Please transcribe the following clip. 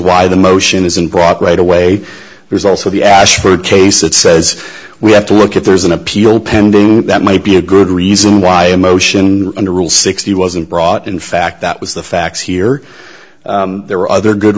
why the motion isn't brought right away there's also the ashford case that says we have to work if there's an appeal pending that might be a good reason why a motion under rule sixty wasn't brought in fact that was the facts here there were other good